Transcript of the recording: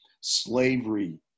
slavery